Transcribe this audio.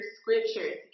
scriptures